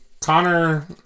Connor